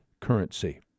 currency